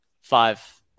five